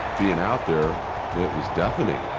being out there, it was deafening.